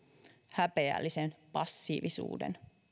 häpeällinen passiivisuus